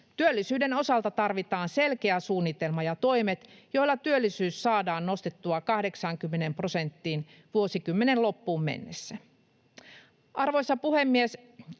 Työllisyyden osalta tarvitaan selkeä suunnitelma ja toimet, joilla työllisyys saadaan nostettua 80 prosenttiin vuosikymmenen loppuun mennessä. Arvoisa puhemies!